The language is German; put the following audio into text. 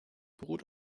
beruht